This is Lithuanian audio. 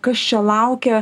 kas čia laukia